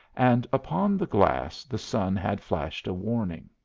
and upon the glass the sun had flashed a warning.